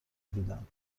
دیدم